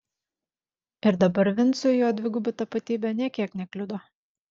ir dabar vincui jo dviguba tapatybė nė kiek nekliudo